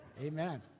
Amen